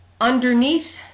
Underneath